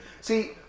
See